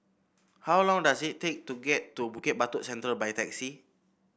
how long does it take to get to Bukit Batok Central by taxi